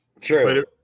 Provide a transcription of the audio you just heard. True